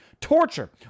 torture